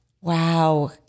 Wow